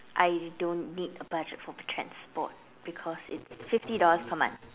I don't need a budget for my transport because it's fifty dollars per month